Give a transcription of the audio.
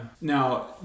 Now